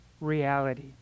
reality